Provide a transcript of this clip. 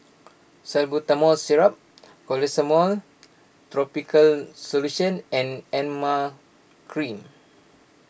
Salbutamol Syrup Clotrimozole Topical Solution and Emla Cream